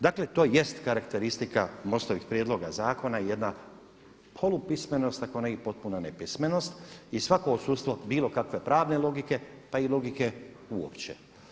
Dakle to jest karakteristika MOST-ovih prijedloga zakona i jedna polupismenost ako ne i potpuna nepismenost i svako odsustvo bilo kakve pravne logike pa i logike uopće.